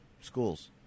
schools